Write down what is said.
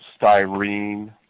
styrene